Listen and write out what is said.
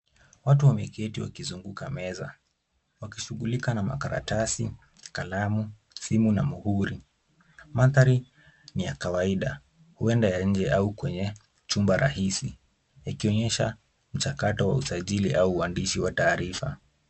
Watu wameketi wakizunguka meza, wakishughulika na makaratasi, kalamu, simu na muhuri. Maanthari ni ya kawaida, huenda ya nje au kwenye chumba rahisi yakionyesha mchakato wa usajili au uandishi wa taarifa.